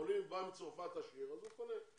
עולה בא מצרפת עשיר, אז הוא קונה.